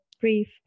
brief